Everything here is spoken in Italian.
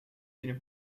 fine